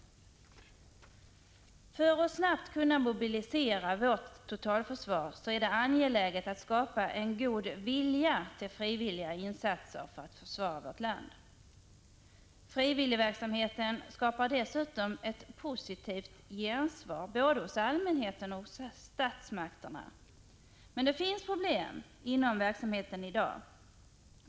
119 För att snabbt kunna mobilisera vårt totalförsvar är det angeläget att skapa en god vilja till frivilliga insatser för att försvara vårt land. Frivilligverksamheten skapar dessutom ett positivt gensvar både hos allmänheten och hos statsmakterna. Men det finns problem inom verksamheten i dag.